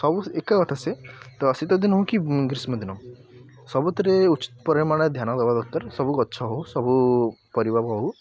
ସବୁ ଏକା କଥା ସେ ତ ଶୀତ ଦିନ ହେଉ କି ଗ୍ରୀଷ୍ମ ଦିନ ସବୁଥିରେ ଉଚିତ୍ ପରିମାଣରେ ଧ୍ୟାନ ଦେବା ଦରକାର ସବୁ ଗଛ ହେଉ ସବୁ ପରିବା ହେଉ